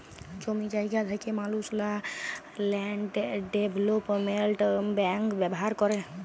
জমি জায়গা থ্যাকা মালুসলা ল্যান্ড ডেভলোপমেল্ট ব্যাংক ব্যাভার ক্যরে